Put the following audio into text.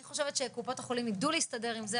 אני חושבת שקופות החולים ידעו להסתדר עם זה,